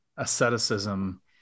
Asceticism